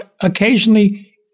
occasionally